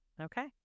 Okay